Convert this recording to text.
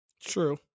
True